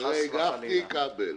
אחרי גפני כבל.